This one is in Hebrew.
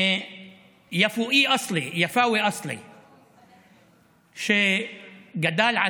יפואי אסלי (חוזר על הדברים בערבית) שגדל על